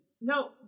No